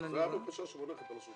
זו הבקשה שמונחת על השולחן.